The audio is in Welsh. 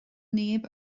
neb